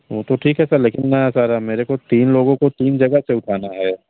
वह तो ठीक है सर लेकिन सर मेरे को तीन लोगों को तीन जगह पर उतारना है